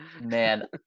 man